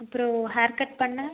அப்புறம் hair cut பண்ண